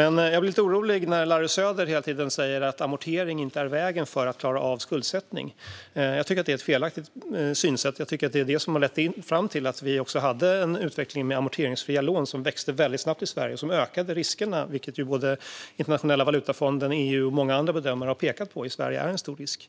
Jag blir lite orolig när Larry Söder hela tiden säger att amortering inte är vägen för att klara av skuldsättning. Jag tycker att det är ett felaktigt synsätt, eftersom jag tycker att det är det som har lett fram till att vi också hade en utveckling med amorteringsfria lån som växte mycket snabbt i Sverige och som ökade riskerna. Detta har Internationella valutafonden, EU och många andra bedömare pekat på som en stor risk i